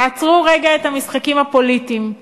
תעצרו רגע את המשחקים הפוליטיים,